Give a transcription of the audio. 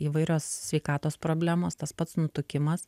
įvairios sveikatos problemos tas pats nutukimas